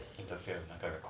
interfere